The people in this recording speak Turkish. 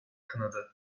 kınadı